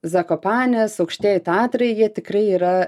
zakopanės aukštieji tatrai jie tikrai yra